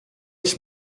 ich